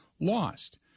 lost